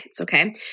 Okay